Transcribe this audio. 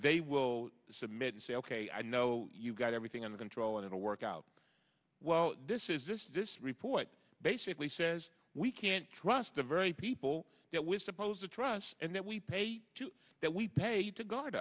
they will submit and say ok i know you've got everything under control and it'll work out well this is just this report basically says we can't trust the very people that we're supposed to trust and that we pay to that we pay you to guard